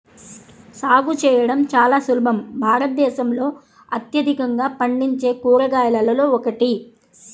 సాగు చేయడం చాలా సులభం భారతదేశంలో అత్యధికంగా పండించే కూరగాయలలో ఒకటి